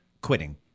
quitting